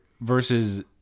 versus